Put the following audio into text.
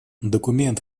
документ